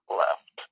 left